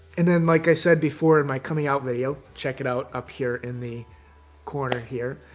and then, like i said before in my coming out video check it out, up here in the corner, here